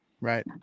Right